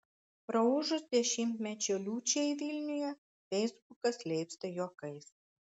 praūžus dešimtmečio liūčiai vilniuje feisbukas leipsta juokais